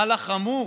כמה לחמו יהודים,